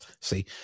See